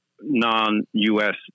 non-U.S